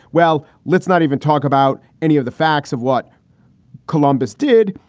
well, let's not even talk about any of the facts of what columbus did.